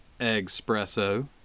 espresso